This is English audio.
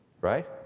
right